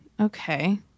Okay